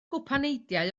gwpaneidiau